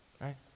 right